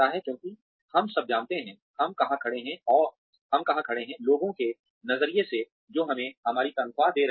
क्यों हम सब जानना चाहते हैं हम कहां खड़े हैं लोगों के नज़रिए से जो हमें हमारी तनख्वाह दे रहे हैं